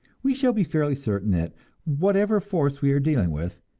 we shall be fairly certain that whatever force we are dealing with,